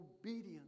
obedience